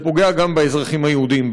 זה פוגע גם באזרחים היהודים,